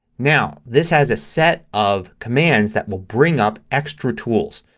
now this has a set of commands that will bring up extra tools.